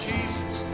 Jesus